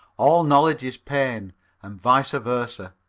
all knowledge is pain and vice versa.